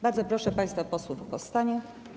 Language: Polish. Bardzo proszę państwa posłów o powstanie.